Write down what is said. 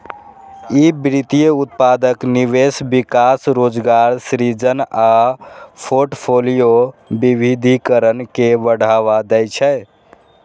ई वित्तीय उत्पादक निवेश, विकास, रोजगार सृजन आ फोर्टफोलियो विविधीकरण के बढ़ावा दै छै